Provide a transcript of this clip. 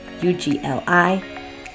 U-G-L-I